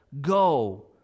Go